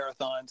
marathons